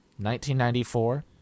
1994